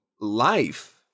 life